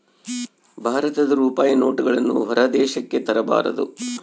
ಭಾರತದ ರೂಪಾಯಿ ನೋಟುಗಳನ್ನು ಹೊರ ದೇಶಕ್ಕೆ ತರಬಾರದು